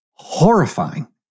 Horrifying